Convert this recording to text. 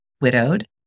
widowed